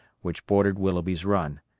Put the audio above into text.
which bordered willoughby's run.